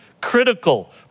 critical